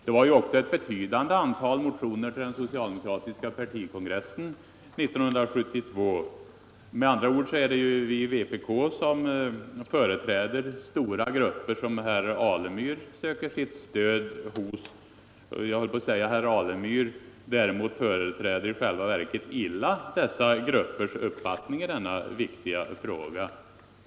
Det var också ett betydande antal motioner i ämnet på den socialdemokratiska partikongressen 1972. Med andra ord är det vi i vpk som företräder stora grupper som herr Alemyr söker sitt stöd hos. Herr Alemyr däremot företräder illa dessa gruppers uppfattning i denna viktiga fråga.